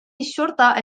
الشرطة